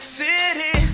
city